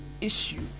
issue